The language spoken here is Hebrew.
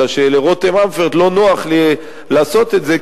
אלא של"רותם אמפרט" לא נוח לעשות את זה,